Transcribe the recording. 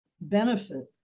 benefit